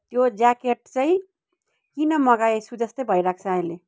त्यो ज्याकेट चाहिँ किन मगाएछु जस्तो भइरहेको छ अहिले